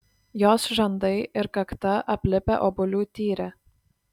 jos žandai ir kakta aplipę obuolių tyre